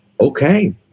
Okay